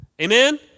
Amen